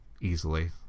easily